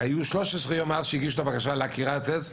כי היו 13 יום מאז שהגישו את הבקשה לעקירת עץ.